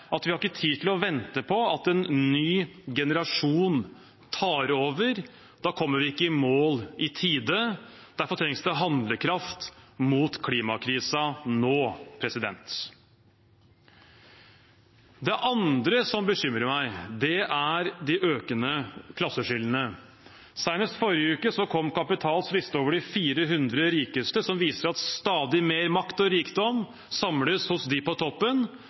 er at vi ikke har tid til å vente på at en ny generasjon tar over. Da kommer vi ikke i mål i tide, derfor trengs det handlekraft mot klimakrisen nå. Det andre som bekymrer meg, er de økende klasseskillene. Senest i forrige uke kom Kapitals liste over de 400 rikeste, som viser at stadig mer makt og rikdom samles hos dem på toppen,